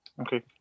Okay